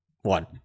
one